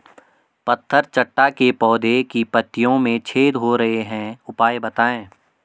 पत्थर चट्टा के पौधें की पत्तियों में छेद हो रहे हैं उपाय बताएं?